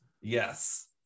yes